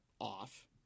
off